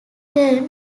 turn